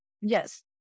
Yes